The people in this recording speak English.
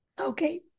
Okay